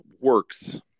works